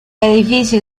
edificio